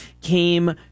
came